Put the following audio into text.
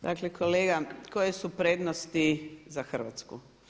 Dakle kolega, koje su prednosti za Hrvatsku?